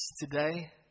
today